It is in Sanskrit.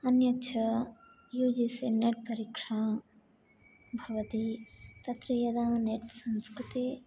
अन्यच्च यु जी सी नेट् परीक्षा भवति तत्र यदा नेट् संस्कृते